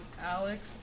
Alex